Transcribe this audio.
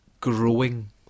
Growing